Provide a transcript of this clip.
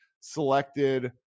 selected